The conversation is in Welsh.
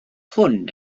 hwn